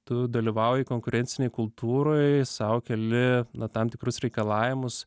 tu dalyvauji konkurencinėj kultūroj sau keli na tam tikrus reikalavimus